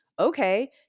okay